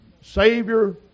Savior